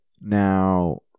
Now